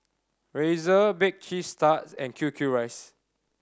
Razer Bake Cheese Tart and Q Q Rice